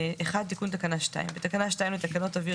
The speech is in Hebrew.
תיקון תקנה 2. בתקנה 2 לתקנות אוויר